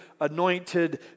anointed